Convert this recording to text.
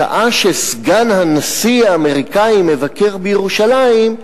בשעה שסגן הנשיא האמריקני מבקר בירושלים,